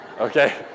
okay